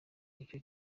nicyo